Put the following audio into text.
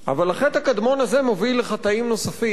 אבל החטא הקדמון הזה מוביל לחטאים נוספים.